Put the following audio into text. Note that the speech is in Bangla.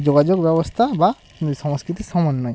যোগাযোগ ব্যবস্থা বা সংস্কৃতির সমন্বয়